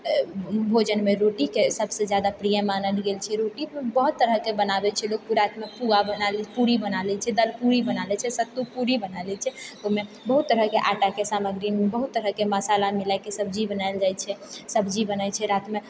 आ भोजनमे रोटीके सबसँ जादा प्रिय मानल गेल छै रोटी बहुत तरहके बनाबै छै लोग पुआ बना लए छै पूरी बना लए छै दलपूरी बना लए छै सत्तु पूरी बना लए छै ओहिमे बहुत तरहकेँ आटाके सामग्रीमे बहुत तरहके मसाला मिलाएके सब्जी बनाएल जाइछै सब्जी बनै छै रात्रिमे